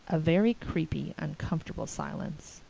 a very creepy, uncomfortable silence.